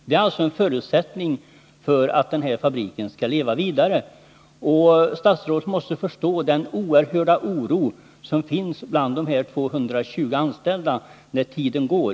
Det är en förutsättning för att fabriken skall kunna leva vidare, och statsrådet måste förstå den oerhörda oro som finns bland de 220 anställda när tiden går.